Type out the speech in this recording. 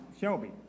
Shelby